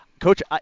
coach